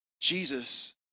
Jesus